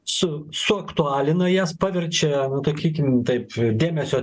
su suaktualina jas paverčia sakykim taip dėmesio